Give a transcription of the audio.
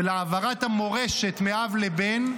של העברת המורשת מאב לבן,